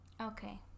Okay